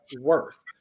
worth